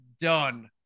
done